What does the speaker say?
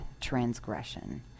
transgression